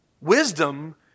Wisdom